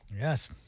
Yes